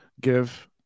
give